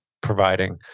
providing